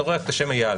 אתה רואה רק את השם איל.